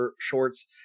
shorts